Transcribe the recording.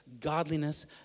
godliness